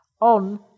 on